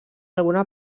alguna